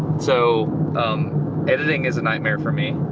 so editing is a nightmare for me.